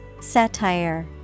Satire